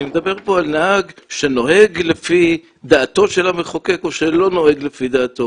אני מדבר על נהג שנוהג לפי דעתו של המחוקק או שלא נוהג לפי דעתו,